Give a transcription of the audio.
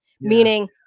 meaning